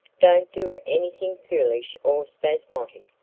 don't do anything foolish or spasmodic,